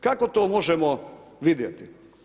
Kako to možemo vidjeti?